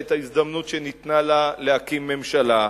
את ההזדמנות שניתנה לה להקים ממשלה,